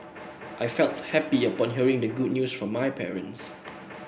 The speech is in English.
I felt happy upon hearing the good news from my parents